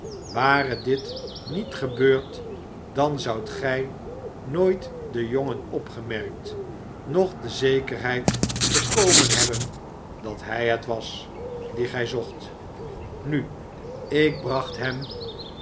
ware dit niet gebeurd dan zoudt gij nooit den jongen opgemerkt noch de zekerheid bekomen hebben dat hij het was dien gij zocht nu ik bracht hem